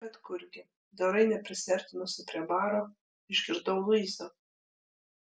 bet kurgi dorai neprisiartinusi prie baro išgirdau luisą